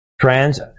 trans